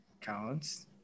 counts